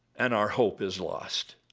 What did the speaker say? and our hope is lost.